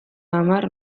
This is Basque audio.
hamar